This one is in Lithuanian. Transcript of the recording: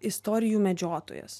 istorijų medžiotojas